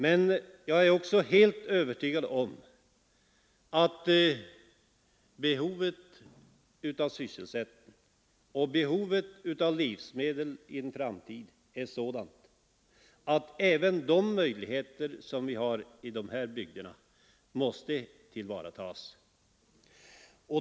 Men jag är också helt övertygad om att behovet av sysselsättning och behovet av livsmedel i en framtid är sådanaatt även de möjligheter vi har i dessa bygder måste tillvaratas.